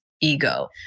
ego